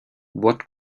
what